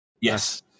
Yes